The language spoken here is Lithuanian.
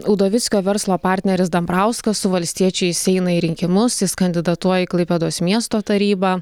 udovickio verslo partneris dambrauskas su valstiečiais eina į rinkimus jis kandidatuoja į klaipėdos miesto tarybą